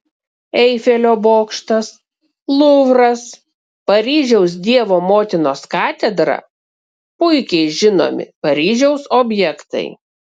eifelio bokštas luvras paryžiaus dievo motinos katedra puikiai žinomi paryžiaus objektai